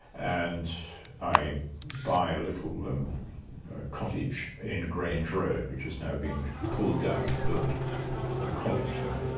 and i buy a little and cottage in grange road, which has now been pulled down to build a college there.